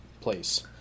place